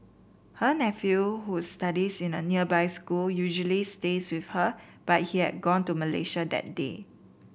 her nephew who studies in a nearby school usually stays with her but he had gone to Malaysia that day